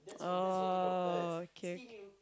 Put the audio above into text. oh okay